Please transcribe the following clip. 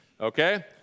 Okay